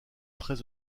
très